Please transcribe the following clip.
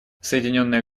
соединенное